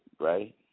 right